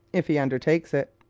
if he undertakes it.